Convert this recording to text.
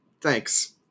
Thanks